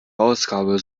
ausgabe